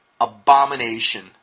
abomination